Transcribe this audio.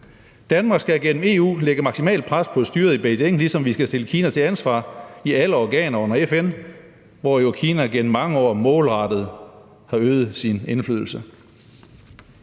Danmark skal igennem EU lægge maksimalt pres på styret i Beijing, ligesom vi skal stille Kina til ansvar i alle organer under FN, hvor Kina jo gennem mange år målrettet har øget sin indflydelse.